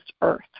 earth